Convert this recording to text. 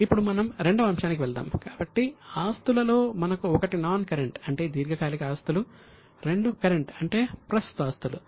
ఇప్పుడు మనం రెండవ అంశానికి వెళ్దాం కాబట్టి ఆస్తులలో మనకు ఒకటి నాన్ కరెంట్ అంటే దీర్ఘకాలిక ఆస్తులు మరియు రెండు కరెంట్ అంటే ప్రస్తుత ఆస్తులు